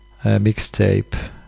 mixtape